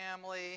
family